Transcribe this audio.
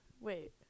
Wait